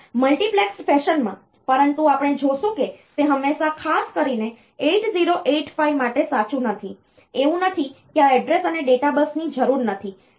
તેથી મલ્ટિપ્લેક્સ્ડ ફેશનમાં પરંતુ આપણે જોશું કે તે હંમેશા ખાસ કરીને 8085 માટે સાચું નથી એવું નથી કે આ એડ્રેસ અને ડેટા બસની જરૂર નથી